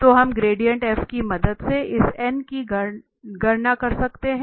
तो हम gradient f की मदद से इस की गणना कर सकते हैं